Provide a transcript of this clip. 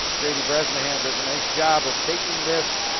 grady bresnahan does a nice job of taking this